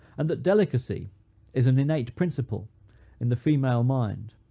and that delicacy is an innate principle in the female mind.